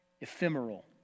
Ephemeral